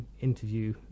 interview